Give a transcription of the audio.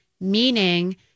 meaning